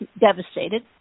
devastated